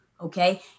okay